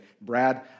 Brad